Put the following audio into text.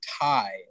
tie